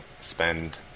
spend